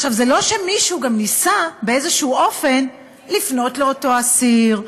זה לא שמישהו ניסה באיזשהו אופן לפנות לאותו אסיר,